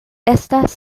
estas